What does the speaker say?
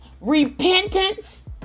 Repentance